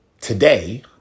today